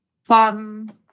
Fun